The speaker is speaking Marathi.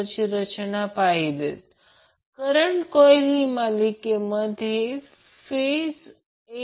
तर VAN हे 100 अँगल 0° घेतले जाते आणि ते a c b सिक्वेन्स आहे